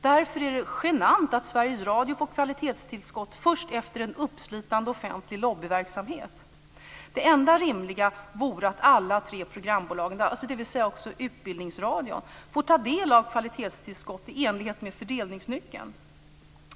Därför är det genant att Sveriges Radio får kvalitetstillskott först efter en uppslitande offentlig lobbyverksamhet. Det enda rimliga vore att alla tre programbolagen, dvs. även Utbildningsradion, får ta del av kvalitetstillskottet i enlighet med fördelningsnyckeln.